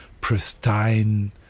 pristine